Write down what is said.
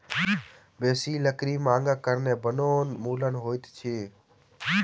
बेसी लकड़ी मांगक कारणें वनोन्मूलन होइत अछि